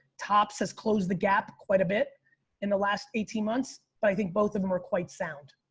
topps has closed the gap quite a bit in the last eighteen months, but i think both of them are quite sound.